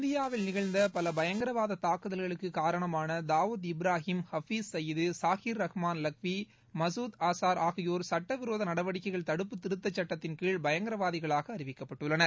இந்தியாவில் நிகழ்ந்த பல பயங்கரவாத தாக்குதல்களுக்கு காரணமான தாவூத் இப்ராஹிம் ஹபீஸ் சையீது சாஹீர் ரஹ்மான் லக்வி மசூத் அசார் ஆகியோர் சட்ட விரோத நடவடிக்கைகள் தடுப்பு திருத்த சட்டத்தின்கீழ் பயங்கரவாதிகளாக அறிவிக்கப்பட்டுள்ளனர்